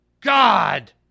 God